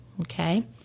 okay